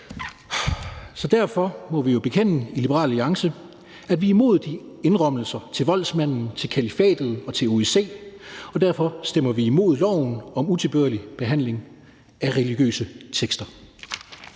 de. Derfor må vi jo bekende i Liberal Alliance, at vi er imod de indrømmelser til voldsmanden, til kalifatet og til OIC, og derfor stemmer vi imod lovforslaget om utilbørlig behandling af religiøse tekster.